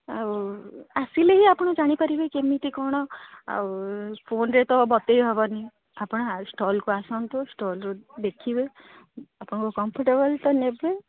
ଆଉ ଆସିଲେ ହିଁ ଆପଣ ଜାଣିପାରିବେ କେମିତି କ'ଣ ଆଉ ଫୋନ୍ରେ ତ ବତେଇ ହେବନି ଆପଣ ଷ୍ଟଲ୍କୁ ଆସନ୍ତୁ ଷ୍ଟଲ୍ରୁ ଦେଖିବେ ଆପଣଙ୍କୁ କମ୍ଫର୍ଚେବୁଲ୍ ତ ନେବେ